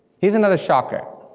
here's another shocker,